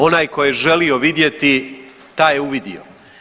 Onaj tko je želio vidjeti taj je uvidio.